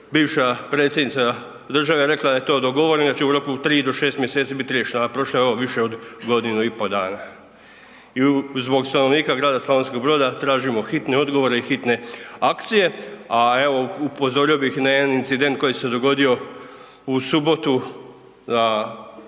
bivša Predsjednica države je rekla da je to dogovoreno, da će u roku 3 do 6 mj. riješeno a prošlo je evo, više od godinu i pol dana. I zbog stanovnika grada Slavonskog Broda tražimo hitne odgovore i hitne akcije a evo upozorio bi na jedan incident koji se dogodio u subotu u